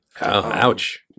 Ouch